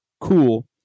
cool